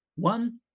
One